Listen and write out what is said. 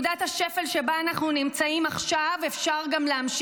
עומדת כאן מאור הגולה --- טלי,